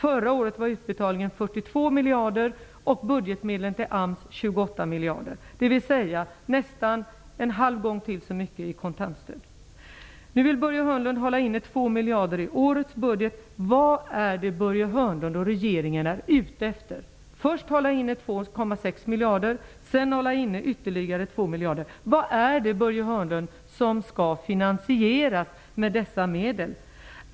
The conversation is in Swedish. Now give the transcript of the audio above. Förra året utgjorde utbetalningarna 42 miljarder och budgetmedel till AMS 28 miljarder, dvs. nästan dubbelt så mycket i kontantstöd. Börje Hörnlund vill hålla inne 2 miljarder i årets budget. Vad är Börje Hörnlund och regeringen ute efter? Först håller man inne 2,6 miljarder, sedan ytterligare 2 miljarder. Vad är det, Börje Hörnlund, som skall finansieras med dessa medel?